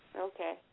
okay